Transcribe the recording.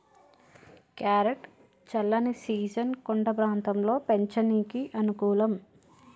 carrot చల్లని season కొండ ప్రాంతంలో పెంచనీకి అనుకూలం